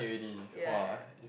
ya